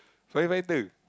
fire fighter